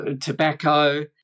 tobacco